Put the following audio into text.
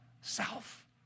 self